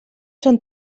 són